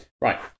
Right